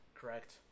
correct